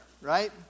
Right